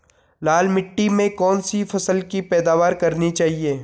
लाल मिट्टी में कौन सी फसल की पैदावार करनी चाहिए?